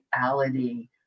reality